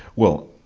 well,